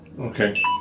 Okay